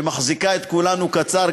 שמחזיקה את כולנו קצר,